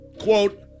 quote